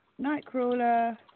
Nightcrawler